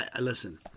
Listen